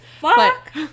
fuck